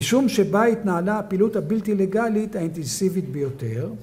‫משום שבה התנהלה הפעילות ‫הבלתי-לגאלית האינטנסיבית ביותר.